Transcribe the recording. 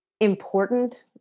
important